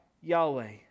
Yahweh